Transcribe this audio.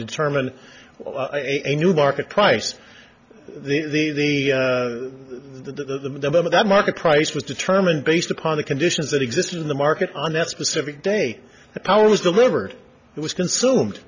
determine a new market price the the minimum of that market price was determined based upon the conditions that existed in the market on that specific day the power was delivered it was consume